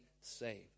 saved